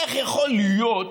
איך יכול להיות,